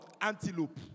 antelope